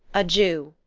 a jew,